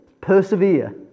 persevere